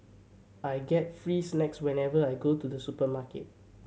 I get free snacks whenever I go to the supermarket